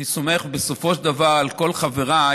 אני סומך בסופו של דבר על כל חבריי,